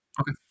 Okay